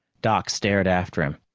doc stared after him.